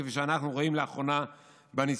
כפי שאנחנו רואים לאחרונה ניסיונות